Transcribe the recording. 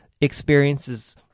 experiences